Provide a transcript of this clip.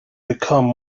become